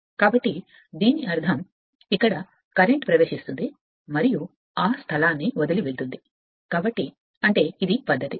కాబట్టి దీని అర్థం కరెంట్ ప్రవేశించడం మరియు ఆ స్థలాన్ని వదిలి వెళ్ళడం అంటే ఇది పద్దతి